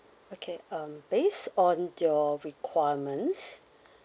okay um based on your requirements